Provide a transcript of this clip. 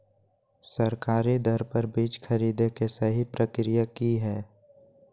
सरकारी दर पर बीज खरीदें के सही प्रक्रिया की हय?